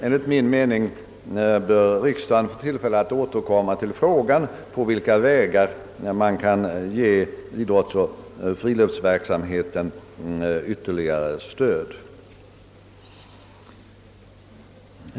Enligt min mening bör riksdagen få tillfälle att återkomma till frågan på vilka vägar man kan ge idrottsoch friluftsverksamheten ytterligare stöd.